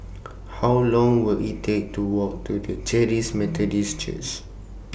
How Long Will IT Take to Walk to The Charis Methodist Church